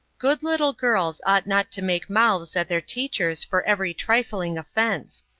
good little girls ought not to make mouths at their teachers for every trifling offense.